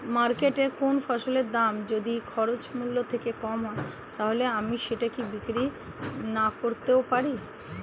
মার্কেটৈ কোন ফসলের দাম যদি খরচ মূল্য থেকে কম হয় তাহলে আমি সেটা কি বিক্রি নাকরতেও পারি?